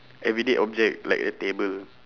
everyday object like a table